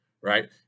right